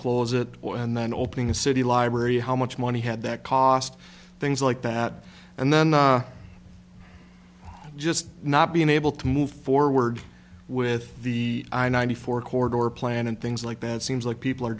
close it and then opening a city library how much money had that cost things like that and then just not being able to move forward with the i ninety four corridor plan and things like that it seems like people are